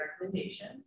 recommendation